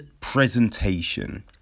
presentation